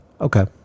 okay